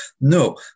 No